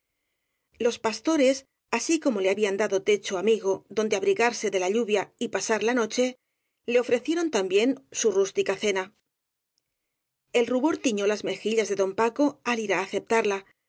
los pastores así como le habían dado techo amigo donde abrigarse de la lluvia y pasar la no che le ofrecieron también su rústica cena el rubor tiñó las mejillas de don paco al ir á aceptarla